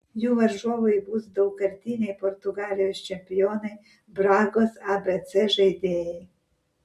jų varžovai bus daugkartiniai portugalijos čempionai bragos abc žaidėjai